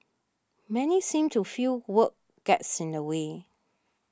many seem to feel work gets in the way